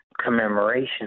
commemoration